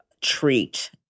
treat